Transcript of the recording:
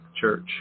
church